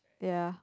ya